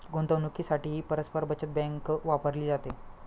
गुंतवणुकीसाठीही परस्पर बचत बँक वापरली जाते